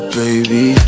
baby